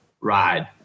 ride